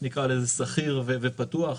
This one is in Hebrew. נקרא לזה סחיר ופתוח,